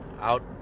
out